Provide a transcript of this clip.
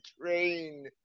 train